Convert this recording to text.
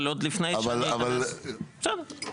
אבל, עוד לפני שאני אכנס, בסדר.